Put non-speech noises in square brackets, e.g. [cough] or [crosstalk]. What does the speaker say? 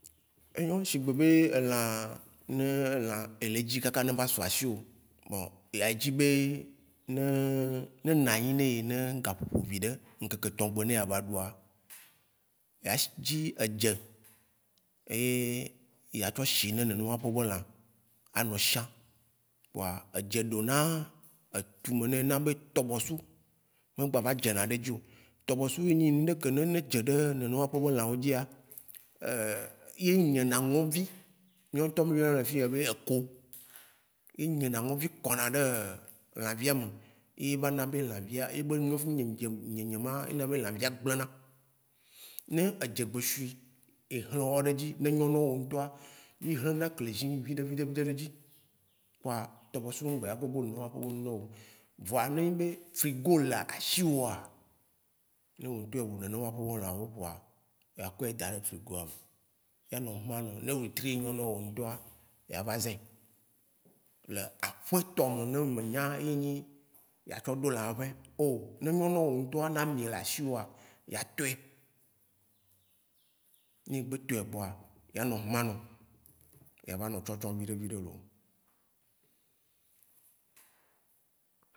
Eyɔ shigbe be elã, ne [hesitation] elã ele zdi kaka ne veva su asiwo, bon, eya edzibe ne [hesitation] ne nanyi ne ye ne gaƒoƒo viɖe ŋkeke tɔ̃ gbe ne ya va ɖua, ya sh- dzi edze ye a tsɔ shi ne nene ma ƒe be lã, a nɔ shã, kpɔa edze ɖo na etume nɛ na be tɔbɔsu me gba va dze na ne edzio. Tɔbɔsu enyi ŋɖe ke ne ne dzeɖe nene ma ƒe lã wo dzi a, [hesitation] ye nyena ŋɔ̃vi, míoŋtɔ mí yɔnɛ le fia be eko. E nye na ŋɔ̃vi kɔna ɖe [hesitation] lãvia me, eba na be lãvia, ebe nu do nye m- nyem nyem nyema e na be lãvia gble na. Ne edze gbe sui, ehlɔ wo ɖe dzi no nyɔ woŋtɔa, mí ɣlena klezi viɖe viɖe viɖe ɖe edzi, kpɔa tɔbɔsu me gba ya gogo nua nɔ wo. Vɔa ne enyi be frigo le ashi woa, ne wo ŋtɔ o wu nene ma ƒe be lã wo kpɔa, oya kɔɛ daɖe frigoa me. Eya nɔ funu ma a nɔ-ne wetri nyɔ̃ na wo ŋtɔ ya va zẽ. Le aƒe tɔme ne me nya ye nyi ya tsɔ ɖo lãhuẽ o, ne enyɔ̃ na wo ŋtɔa ne ami le ashi woa, ya tɔxɛ. Ne egbe tɔɛ kpɔa, ya nɔ manu ya va nɔ tsɔ tsɔ viɖe viɖe lo.